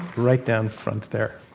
right down front there.